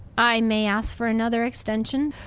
i may ask for another extension,